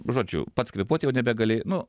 žodžiu pats kvėpuot jau nebegali nu